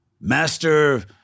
Master